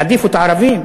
יעדיפו את הערבים?